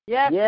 Yes